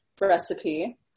recipe